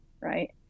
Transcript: right